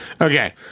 Okay